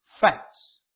facts